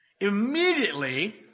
immediately